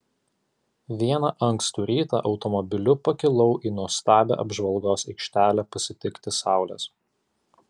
vieną ankstų rytą automobiliu pakilau į nuostabią apžvalgos aikštelę pasitikti saulės